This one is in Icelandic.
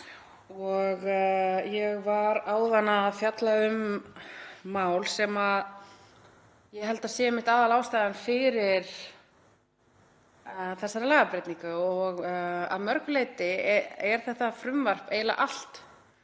Ég var áðan að fjalla um mál sem ég held að sé einmitt aðalástæðan fyrir þessari lagabreytingu. Að mörgu leyti er þetta frumvarp eiginlega allt